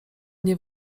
nie